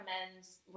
recommends